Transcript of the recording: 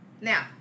Now